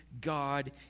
God